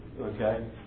okay